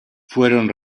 fueron